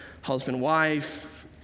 husband-wife